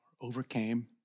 overcame